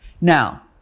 now